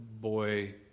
boy